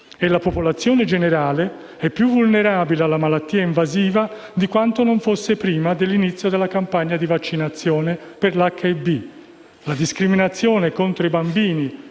La popolazione generale è vulnerabile alla malattia invasiva più di quanto non fosse prima dell'inizio della campagna di vaccinazione per l'Hib. La discriminazione contro i bambini